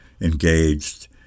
engaged